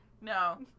No